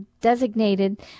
designated